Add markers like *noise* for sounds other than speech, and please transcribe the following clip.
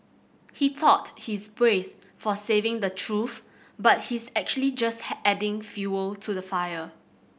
he thought he's brave for saying the truth but he's actually just *unintelligible* adding fuel to the fire